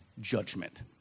judgment